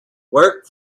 work